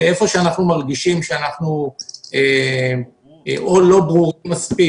איפה שאנחנו מרגישים שאנחנו לא ברורים מספיק,